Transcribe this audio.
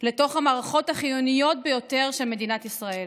לתוך המערכות החיוניות ביותר של מדינת ישראל.